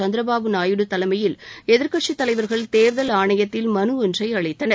சந்திரபாபு நாயுடு தலைமையில் எதிர்க்கட்சித் தலைவர்கள் தேர்தல் ஆணையத்தில் மனு ஒன்றை அளித்தனர்